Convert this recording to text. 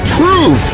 prove